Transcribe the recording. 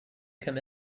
come